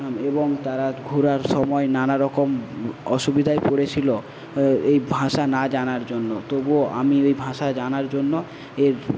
এবং তারা ঘোরার সময় নানারকম অসুবিধায় পড়েছিলো এই ভাষা না জানার জন্য তবুও আমি ওই ভাষা জানার জন্য এর